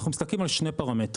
אנחנו מסתכלים על שני פרמטרים.